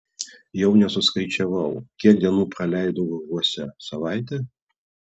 jau nesuskaičiavau kiek dienų praleidau urvuose savaitę